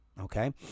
Okay